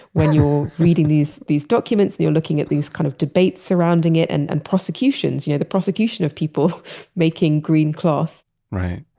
when you're reading these these documents, you're looking at these kind of debates surrounding it and and prosecutions, you know the prosecution of people making green cloth right.